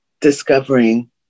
discovering